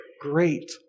great